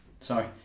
Sorry